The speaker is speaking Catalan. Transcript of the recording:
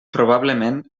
probablement